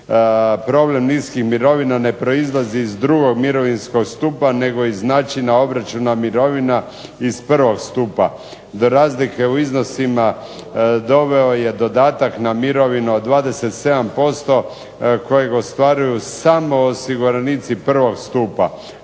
„Problem niskih mirovina ne proizlazi iz 2. Mirovinskog stupa nego iz načina obračuna mirovina iz 1. Stupa. Do razlike u iznosima donijeo je dodatak na mirovinu od 27% kojeg ostvaruju samo osiguranici 1. Stup.